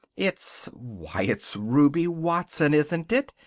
it's why, it's ruby watson, isn't it?